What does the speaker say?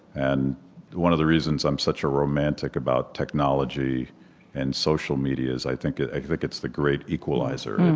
and one of the reasons i'm such a romantic about technology and social media is i think like think it's the great equalizer.